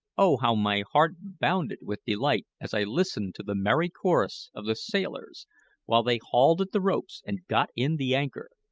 oh, how my heart bounded with delight as i listened to the merry chorus of the sailors while they hauled at the ropes and got in the anchor!